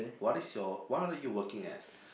what is your what are you working as